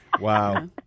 wow